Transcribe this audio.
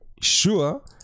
sure